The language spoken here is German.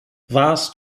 warst